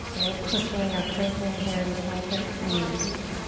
no pushing or cranking here. just nice and easy.